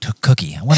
cookie